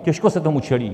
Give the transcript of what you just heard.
Těžko se tomu čelí.